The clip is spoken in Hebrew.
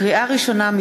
לקריאה ראשונה,